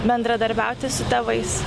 bendradarbiauti su tėvais